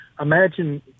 Imagine